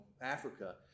Africa